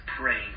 praying